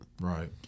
Right